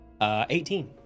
18